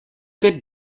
good